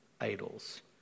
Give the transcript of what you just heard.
idols